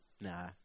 Nah